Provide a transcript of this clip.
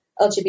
LGBT